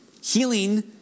Healing